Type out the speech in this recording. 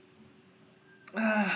ah